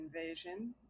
Invasion